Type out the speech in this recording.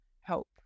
help